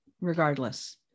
regardless